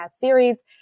series